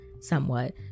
somewhat